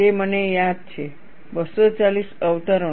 તે મને યાદ છે 240 અવતરણો